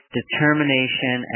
determination